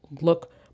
look